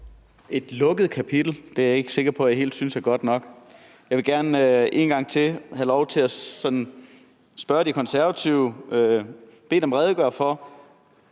Et lukket kapitel? Det er jeg ikke sikker på at jeg helt synes er godt nok. Jeg vil gerne en gang til have lov til at spørge De Konservative og bede dem redegøre for,